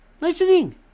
listening